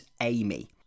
Amy